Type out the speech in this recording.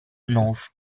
north